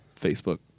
Facebook